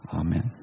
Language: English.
Amen